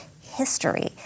history